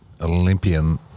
Olympian